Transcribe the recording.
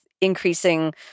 increasing